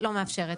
מאפשרת לא מאפשרת.